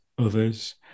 others